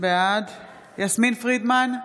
בעד יסמין פרידמן,